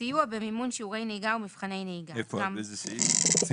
9כטסיוע במימון שיעורי נהיגה ומבחני נהיגה גם כאן זה סיוע